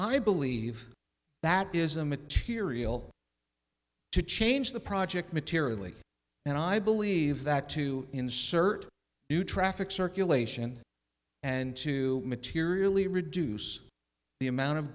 i believe that is a material to change the project materially and i believe that to insert new traffic circulation and to materially reduce the amount of